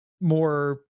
more